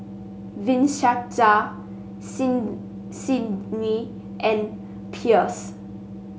Vincenza Sydnie and Pierce